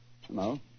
Hello